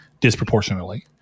disproportionately